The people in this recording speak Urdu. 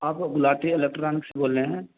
آپ وہ گلاٹی الیکٹرانک سے بول رہے ہیں